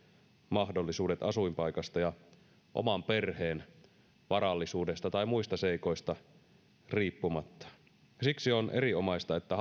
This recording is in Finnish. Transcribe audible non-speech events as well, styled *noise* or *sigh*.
mahdollisuudet asuinpaikasta ja oman perheen varallisuudesta tai muista seikoista riippumatta siksi on erinomaista että *unintelligible*